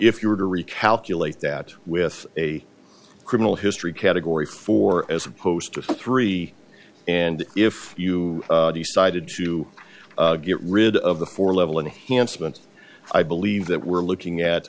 if you were to recalculate that with a criminal history category four as opposed to three and if you decided to get rid of the four level and hand spent i believe that we're looking at